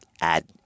add